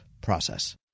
process